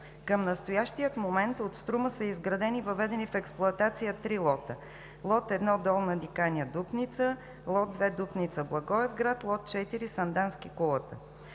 Към настоящия момент от „Струма“ са изградени и въведени в експлоатация три лота: лот 1 „Долна Диканя – Дупница“; лот 2 „Дупница – Благоевград“, лот 4 „Сандански – Кулата“.